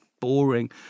boring